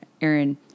aaron